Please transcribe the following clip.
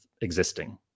existing